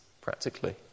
practically